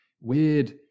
weird